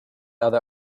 other